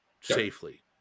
safely